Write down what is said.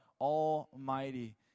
almighty